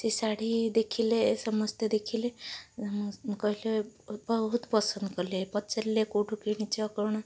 ସେଇ ଶାଢ଼ୀ ଦେଖିଲେ ସମସ୍ତେ ଦେଖିଲେ କହିଲେ ବହୁତ ପସନ୍ଦ କଲେ ପଚାରିଲେ କେଉଁଠୁ କିଣିଛ କ'ଣ